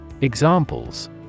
Examples